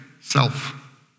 self